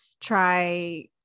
try